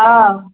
অ